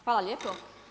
Hvala lijepo.